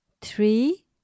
three